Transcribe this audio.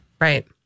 Right